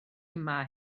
yma